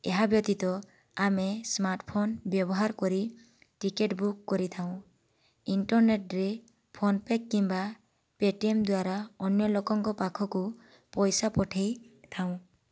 ଏହା ବ୍ୟତୀତ ଆମେ ସ୍ମାର୍ଟଫୋନ ବ୍ୟବହାର କରି ଟିକେଟ ବୁକ୍ କରିଥାଉ ଇଣ୍ଟରନେଟ ରେ ଫୋନପେ କିମ୍ବା ପେଟିଏମ ଦ୍ଵାରା ଅନ୍ୟ ଲୋକଙ୍କ ପାଖକୁ ପଇସା ପଠାଇଥାଉଁ